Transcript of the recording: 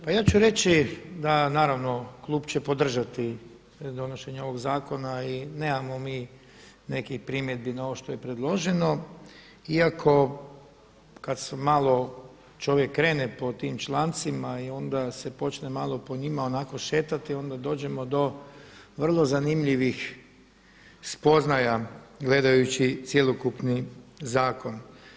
Pa ja ću reći da naravno klub će podržati donošenje ovog zakona i nemamo mi nekih primjedbi na ovo što je predloženo, iako kada malo čovjek krene po tim člancima i onda se počne malo po njima onako šetati onda dođemo do vrlo zanimljivih spoznaja gledajući cjelokupni zakon.